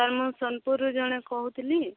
sir ମୁଁ ସୋନପୁରରୁ ଜଣେ କହୁଥିଲି